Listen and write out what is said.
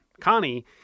Connie